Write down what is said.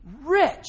rich